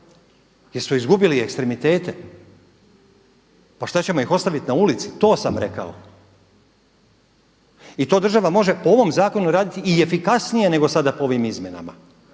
jer su izgubili ekstremitete. Pa šta ćemo ih ostaviti na ulici, to sam rekao. I to država može po ovom zakonu raditi i efikasnije nego sada po ovim izmjenama.